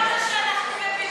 רק לא אמרת שאנחנו בבידוד.